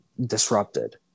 disrupted